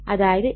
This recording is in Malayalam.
അതായത് XL XC 2